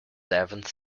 seventh